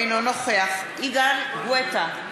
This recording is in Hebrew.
אינו נוכח יגאל גואטה,